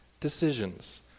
decisions